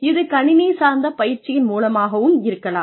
இது கணினி சார்ந்த பயிற்சியின் மூலமாகவும் இருக்கலாம்